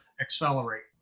accelerate